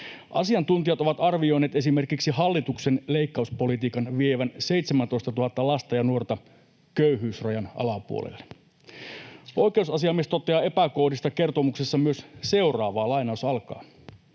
Asiantuntijat ovat arvioineet esimerkiksi hallituksen leikkauspolitiikan vievän 17 000 lasta ja nuorta köyhyysrajan alapuolelle. Oikeusasiamies toteaa epäkohdista kertomuksessa myös seuraavaa: ”Useimmat